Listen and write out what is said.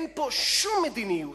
אין פה שום מדיניות.